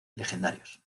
legendarios